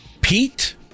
Pete